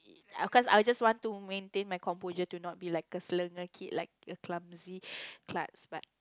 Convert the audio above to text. I can't I just want to maintain my composure to not be like a kid like a clumsy cults but